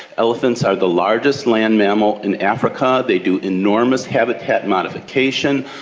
elephants are the largest land mammal in africa, they do enormous habitat modification,